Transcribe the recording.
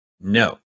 No